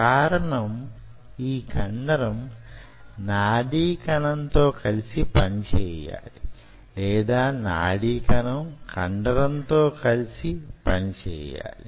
కారణం యీ కండరం నాడీ కణం తో కలిసి పనిచేయాలి లేదా నాడీకణం కండరం తో కలిసి పనిచేయాలి